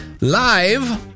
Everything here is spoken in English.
live